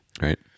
Right